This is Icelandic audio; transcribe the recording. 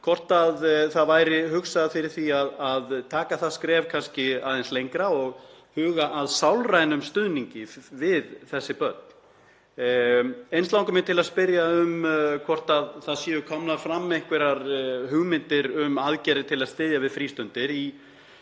hvort það væri hugsað fyrir því að taka það skref kannski aðeins lengra og huga að sálrænum stuðningi við þessi börn. Eins langar mig að spyrja hvort það séu komnar fram einhverjar hugmyndir um aðgerðir til að styðja við frístundir,